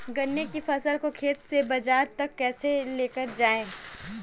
गन्ने की फसल को खेत से बाजार तक कैसे लेकर जाएँ?